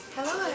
Hello